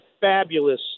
fabulous